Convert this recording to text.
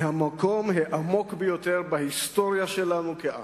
מהמקום העמוק ביותר בהיסטוריה שלנו כעם,